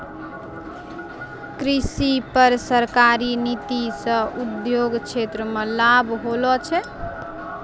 कृषि पर सरकारी नीति से उद्योग क्षेत्र मे लाभ होलो छै